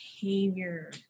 behavior